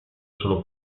solo